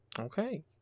Okay